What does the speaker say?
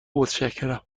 متشکرم